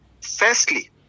firstly